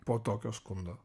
po tokio skundo